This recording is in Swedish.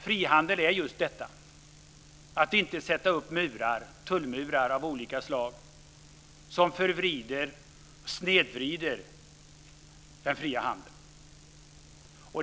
Frihandel är just detta att inte sätta upp tullmurar av olika slag som snedvrider den fria handeln.